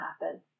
happen